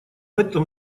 этом